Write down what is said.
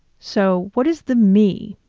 so what is the me?